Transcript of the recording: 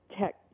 tech